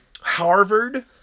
Harvard